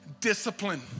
Discipline